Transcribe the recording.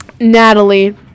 Natalie